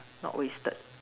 not wasted